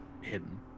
hidden